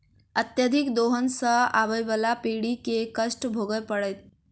अत्यधिक दोहन सँ आबअबला पीढ़ी के कष्ट भोगय पड़तै